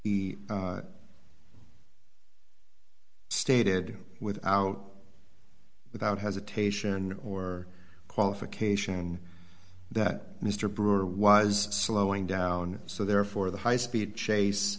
he he stated with out without hesitation or qualification that mr brewer was slowing down so therefore the high speed chase